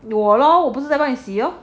我咯我不是帮你洗咯